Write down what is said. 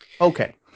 Okay